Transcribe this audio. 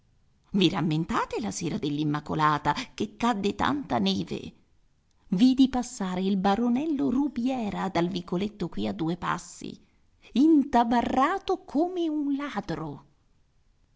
i rammentate la sera dell'immacolata che cadde tanta neve vidi passare il baronello rubiera dal vicoletto qui a due passi intabarrato come un ladro